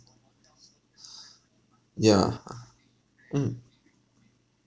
yeah !huh! mm